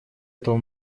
этого